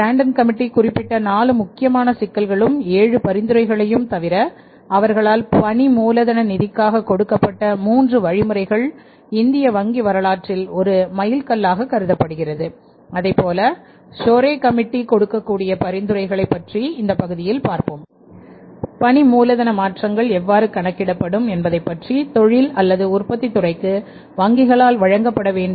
Tandon committee கொடுக்கக்கூடிய பரிந்துரைகளை பற்றி இந்த பகுதியில் பார்ப்போம் பணி மூலதன மாற்றங்கள் எவ்வாறு கணக்கிடப்படும் என்பதைப்பற்றி தொழில் அல்லது உற்பத்தித் துறைக்கு வங்கிகளால் வழங்கப்பட வேண்டும்